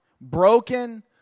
broken